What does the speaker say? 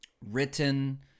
written